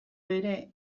ere